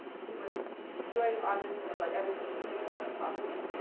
he was very honest about everything, even if it was unpopular.